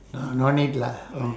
uh no need lah